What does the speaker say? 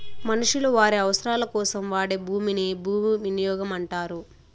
మనుషులు వారి అవసరాలకోసం వాడే భూమిని భూవినియోగం అంటారు